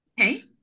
Okay